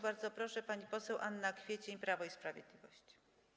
Bardzo proszę, pani poseł Anna Kwiecień, Prawo i Sprawiedliwość.